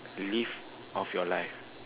to live off your life